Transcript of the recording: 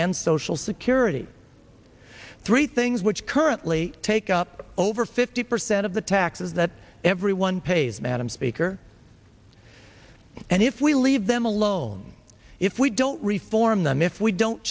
and social security three things which currently take up over fifty percent of the taxes that everyone pays madam speaker and if we leave them alone if we don't reform them if we don't